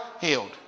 healed